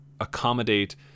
accommodate